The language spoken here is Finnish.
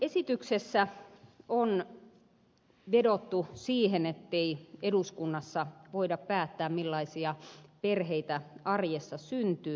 esityksessä on vedottu siihen ettei eduskunnassa voida päättää millaisia perheitä arjessa syntyy